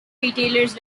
retailers